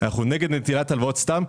אנחנו נגד נטילת הלוואות סתם,